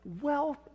Wealth